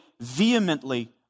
vehemently